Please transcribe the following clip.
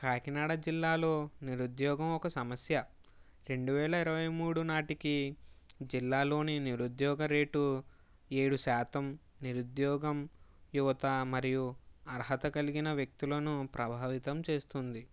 కాకినాడ జిల్లాలో నిరుద్యోగం ఒక సమస్య రెండువేల ఇరవై మూడు నాటికి జిల్లాలోని నిరుద్యోగ రేటు ఏడుశాతం నిరుద్యోగం యువత మరియు అర్హత కలిగిన వ్యక్తులను ప్రభావితం చేస్తుంది